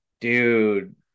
dude